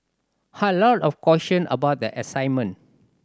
lot of question about the assignment